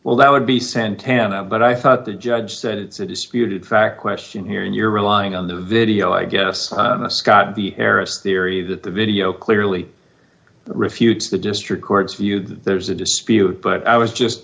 well that would be centeno but i thought the judge said it's a disputed fact question here and you're relying on the video i guess scott the harris theory that the video clearly refutes the district court's view there's a dispute but i was just